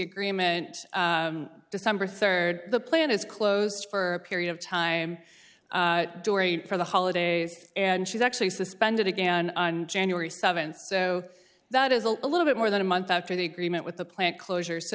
agreement december third the plan is closed for a period of time dory for the holidays and she's actually suspended again on january seventh so that is a little bit more than a month after the agreement with the plant closure so t